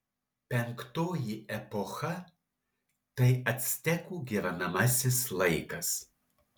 penktoji epocha tai actekų gyvenamasis laikas